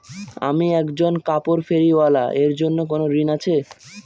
আমি একজন কাপড় ফেরীওয়ালা এর জন্য কোনো ঋণ আছে?